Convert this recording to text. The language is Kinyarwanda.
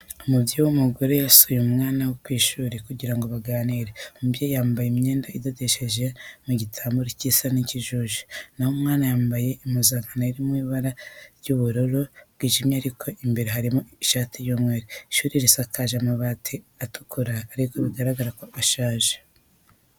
Umubyeyi w'umugore wasuye umwana we ku ishuri kugira ngo baganire. Umubyeyi yambaye imyenda idodesheje mu gitambaro gisa n'ikijuju, na ho umwana yambaye impuzankano iri mu ibara ry'ubururu bwijimye ariko imbere harimo ishati y'umweru. Ishuri risakaje amabati atukura ariko bigaragara ko ashaje.